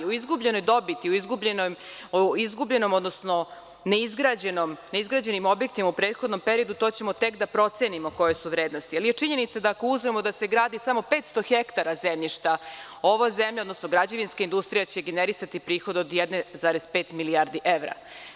O izgubljenoj dobiti, o izgubljenom, odnosno neizgrađenim objektima u prethodnim periodima, to ćemo tek da procenimo koje su vrednosti, ali je činjenica ako uzmemo da se gradi samo 500 hektara zemljišta, građevinska industrija će generisati prihod od 1,5 milijardi evra.